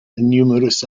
numerous